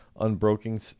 unbroken